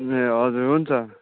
ए हजुर हुन्छ